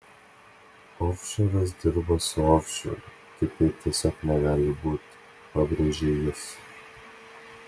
ofšoras dirba su ofšoru kitaip tiesiog negali būti pabrėžė jis